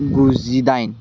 गुजिडाइन